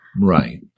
Right